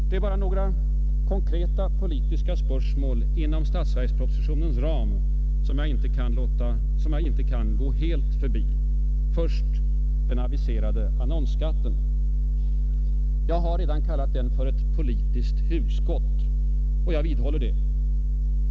Det är bara några konkreta politiska spörsmål inom statsverkspropositionens ram som jag inte kan gå helt förbi. Först den aviserade annonsskatten. Jag har redan kallat den för ett politiskt hugskott och jag vidhåller det.